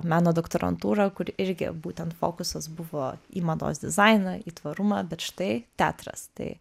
meno doktorantūrą kur irgi būtent fokusas buvo į mados dizainą į tvarumą bet štai teatras tai